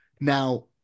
now